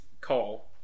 Call